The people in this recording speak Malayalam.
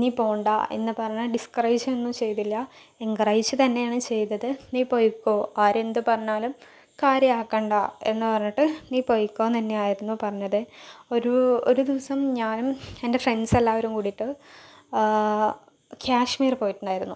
നീ പോകണ്ടാ എന്ന് പറഞ്ഞ് ഡിസ്ക്കറേജ് ഒന്നും ചെയ്തില്ല എൻകറേജ് തന്നെയാണ് ചെയ്തത് നീ പൊയ്ക്കോ ആരെന്ത് പറഞ്ഞാലും കാര്യമാക്കണ്ട എന്ന് പറഞ്ഞിട്ട് നീ പൊയ്ക്കോയെന്ന് തന്നെയായിരുന്നു പറഞ്ഞത് ഒരു ഒരു ദിവസം ഞാനും എൻ്റെ ഫ്രണ്ട്സെല്ലാവരും കൂടിയിട്ട് കശ്മീർ പോയിട്ടുണ്ടായിരുന്നു